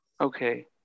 Okay